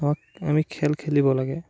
আমাক আমি খেল খেলিব লাগে